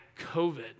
COVID